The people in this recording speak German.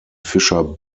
fischer